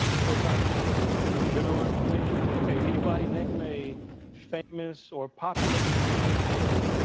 so it's not just general information. ok. anybody name a famous or popular museum in